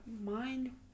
mind